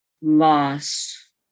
loss